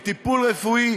או טיפול רפואי,